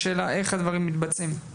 השאלה איך הדברים מתבצעים.